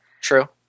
True